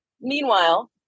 Meanwhile